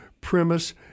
premise